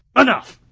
enough!